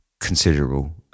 considerable